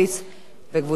וקבוצת חברי הכנסת.